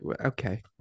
okay